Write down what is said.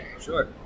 Sure